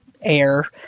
air